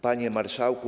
Panie Marszałku!